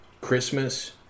Christmas